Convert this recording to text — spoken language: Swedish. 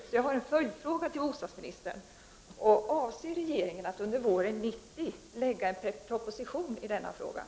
Jag har därför en följdfråga till bostadsministern: Avser regeringen att under våren 1990 lägga fram en proposition i denna sak?